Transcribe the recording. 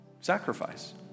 sacrifice